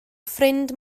ffrind